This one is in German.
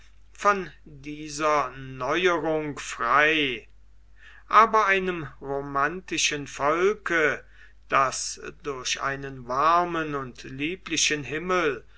von dieser neuerung frei aber einem romantischen volk das durch einen warmen und lieblichen himmel